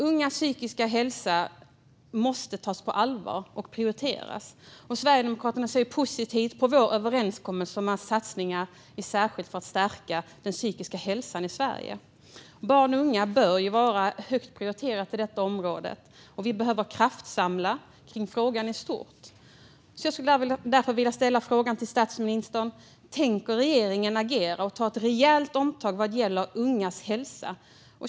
Ungas psykiska hälsa måste tas på allvar och prioriteras. Sverigedemokraterna ser positivt på vår överenskommelse om satsningar särskilt för att stärka den psykiska hälsan i Sverige. Barn och unga bör vara högt prioriterade på detta område, och vi behöver kraftsamla kring frågan i stort. Jag vill därför ställa följande frågor till statsministern: Tänker regeringen agera och ta ett rejält omtag vad gäller ungas hälsa?